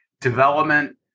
development